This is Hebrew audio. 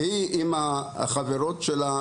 והיא והחברות שלה